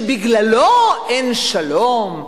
שבגללו אין שלום,